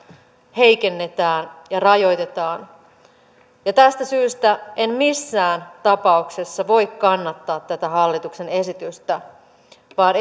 heikennetään ja rajoitetaan tästä syystä en missään tapauksessa voi kannattaa tätä hallituksen esitystä vaan